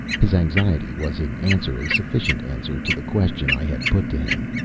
his anxiety was in answer, a sufficient answer, to the question i had put to him.